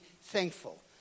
thankful